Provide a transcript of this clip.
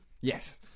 Yes